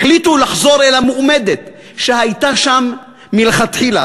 החליטו לחזור אל המועמדת שהייתה שם מלכתחילה,